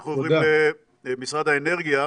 אנחנו עוברים למשרד האנרגיה.